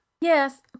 Yes